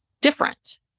different